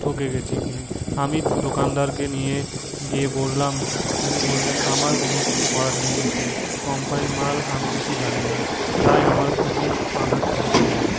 ঠকে গেছি কিনে আমি দোকানদারকে নিয়ে গিয়ে বললাম তিনি বললেন আমার কোনো কিছু করার নেই এতে কোম্পানির মাল আমি কিছু জানিনা তাই আমার খুবই আঘাত লেগেছে মনে